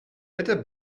better